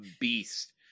beast